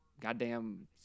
goddamn